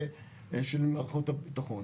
של מערכות הביטחון.